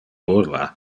burla